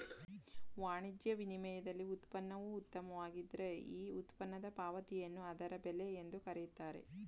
ವಾಣಿಜ್ಯ ವಿನಿಮಯದಲ್ಲಿ ಉತ್ಪನ್ನವು ಉತ್ತಮವಾಗಿದ್ದ್ರೆ ಈ ಉತ್ಪನ್ನದ ಪಾವತಿಯನ್ನು ಅದರ ಬೆಲೆ ಎಂದು ಕರೆಯುತ್ತಾರೆ